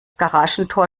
garagentor